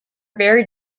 very